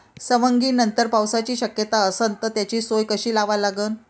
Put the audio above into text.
सवंगनीनंतर पावसाची शक्यता असन त त्याची सोय कशी लावा लागन?